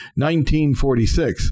1946